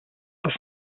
das